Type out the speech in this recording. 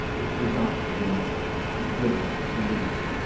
its disasters innocuous, its brevity illusory.